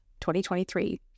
2023